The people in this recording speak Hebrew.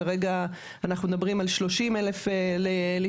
כרגע אנחנו מדברים על שלושים אלף לפעמים.